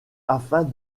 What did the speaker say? afin